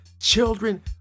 Children